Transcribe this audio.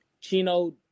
Chino